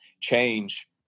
change